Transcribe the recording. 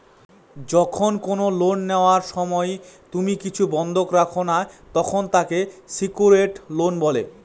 যখন কোনো লোন নেওয়ার সময় তুমি কিছু বন্ধক রাখো না, তখন তাকে সেক্যুরড লোন বলে